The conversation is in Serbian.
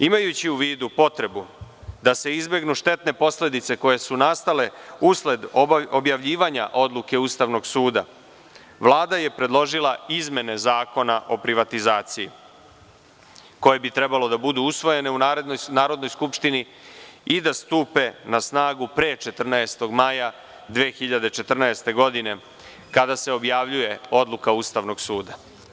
Imajući u vidu potrebu da se izbegnu štetne posledice koje su nastale usled objavljivanja odluke Ustavnog suda, Vlada je predložila izmene Zakona o privatizaciji, koje bi trebalo da budu usvojene u Narodnoj skupštini i da stupe na snagu pre 14. maja 2014. godine kada se objavljuje odluka Ustavnog suda.